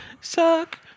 Suck